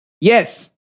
yes